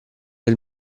del